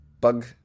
bug